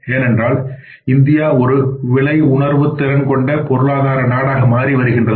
ஏனென்றால் இந்தியா ஒரு விலை உணர்திறன் பொருளாதார நாடாக மாறிவருகின்றது